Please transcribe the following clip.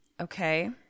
Okay